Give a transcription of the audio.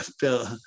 bill